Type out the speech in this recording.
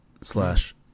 slash